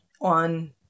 on